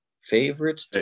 Favorite